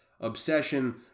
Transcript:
obsession